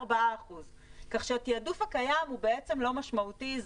4%. כך שהתעדוף הקיים הוא בעצם לא משמעותי,